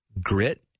grit